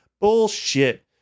Bullshit